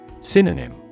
Synonym